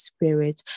Spirit